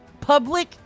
public